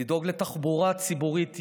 לדאוג לתחבורה ציבורית יעילה,